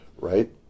right